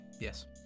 Yes